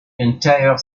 entire